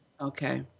Okay